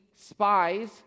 spies